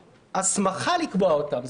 הסמכה לקבוע אותם.